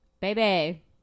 Baby